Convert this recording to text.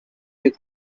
you